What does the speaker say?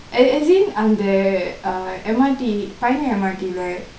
as in அந்த:andtha uh M_R_T uh pioneer M_R_T